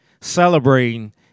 celebrating